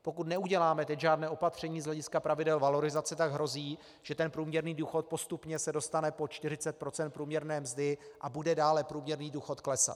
Pokud neuděláme teď žádné opatření z hlediska pravidel valorizace, tak hrozí, že se průměrný důchod postupně dostane pod 40 % průměrné mzdy a bude dále průměrný důchod klesat.